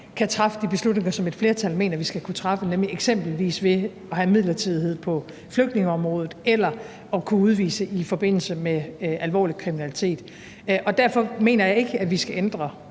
kan træffe de beslutninger, som et flertal mener at vi skal kunne træffe, nemlig eksempelvis ved at have midlertidighed på flygtningeområdet eller at kunne udvise i forbindelse med alvorlig kriminalitet. Og derfor mener jeg ikke, at vi skal ændre